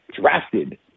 drafted